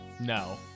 No